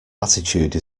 attitude